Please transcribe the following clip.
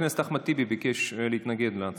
טיבי ביקש להתנגד להצעה.